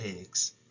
eggs